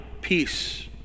peace